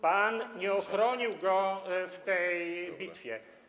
Pan nie ochronił go w tej bitwie.